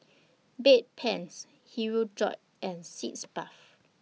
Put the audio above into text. Bedpans Hirudoid and Sitz Bath